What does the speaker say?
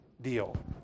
deal